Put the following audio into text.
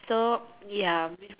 so ya